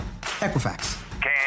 Equifax